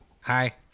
Hi